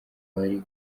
bari